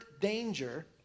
danger